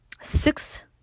six